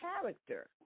character